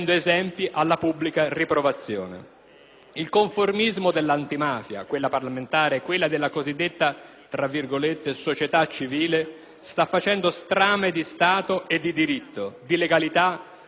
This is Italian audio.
Il conformismo dell'Antimafia, quella parlamentare e quella della cosiddetta "società civile", sta facendo strame di stato e di diritto, di legalità e di umanità, di società e di persone.